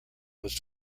was